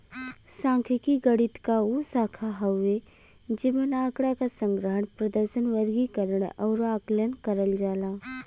सांख्यिकी गणित क उ शाखा हउवे जेमन आँकड़ा क संग्रहण, प्रदर्शन, वर्गीकरण आउर आकलन करल जाला